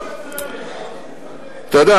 אתה יודע,